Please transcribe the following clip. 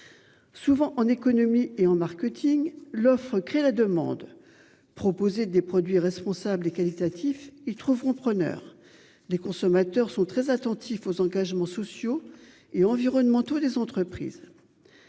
Souvent en économie et en marketing, l'offre crée la demande. Proposer des produits responsables et qualitatif, ils trouveront preneurs des consommateurs sont très attentifs aux engagements sociaux et environnementaux. Les entreprises.